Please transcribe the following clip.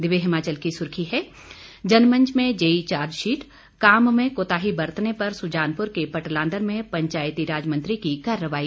दिव्य हिमाचल की सुर्खी है जनमंच में जेई चार्जशीट काम में कोताही बरतने पर सुजानपुर के पटलांदर में पंचायती राज मंत्री की कार्रवाई